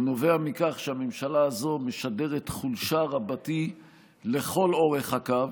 הוא נובע מכך שהממשלה הזו משדרת חולשה רבתי לכל אורך הקו,